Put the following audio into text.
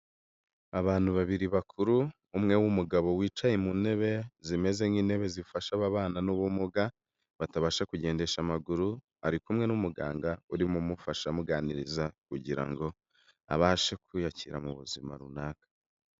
Abantu babiri bakuru, umwe w'umugabo wicaye mu ntebe zimeze nk'intebe zifasha ababana n'ubumuga batabasha kugendesha amaguru, ari kumwe n'umuganga urimo umufasha amuganiriza kugira ngo abashe kwiyakira mu buzima runaka.